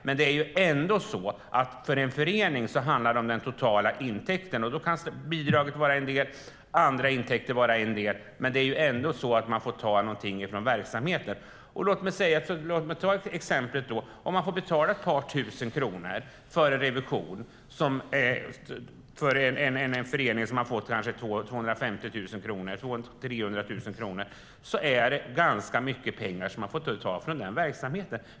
Men för en förening handlar det om den totala intäkten, och då kan bidraget vara en del och andra intäkter en del, men man får ändå ta någonting från verksamheten. Låt mig ta ett exempel. Om en förening som har fått kanske 300 000 kronor ska betala ett par tusen kronor för en revision är det ganska mycket pengar som man får ta från verksamheten.